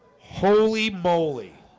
holy boli